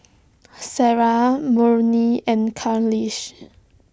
Sarah Murni and Khalish